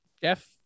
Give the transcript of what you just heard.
Jeff